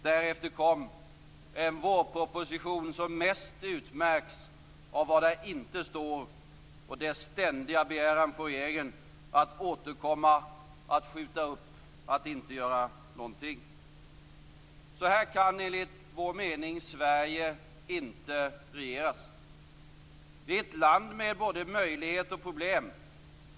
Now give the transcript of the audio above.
Därefter kom en vårproposition som mest utmärks av vad som inte står där och av den ständiga begäran från regeringen att återkomma, att skjuta upp, att inte göra någonting. Så här kan enligt vår mening Sverige inte regeras. Vi är ett land med både möjligheter och problem.